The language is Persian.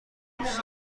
دوست